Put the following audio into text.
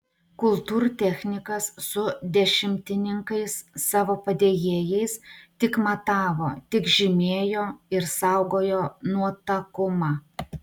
kultūrtechnikas su dešimtininkais savo padėjėjais tik matavo tik žymėjo ir saugojo nuotakumą